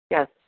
Yes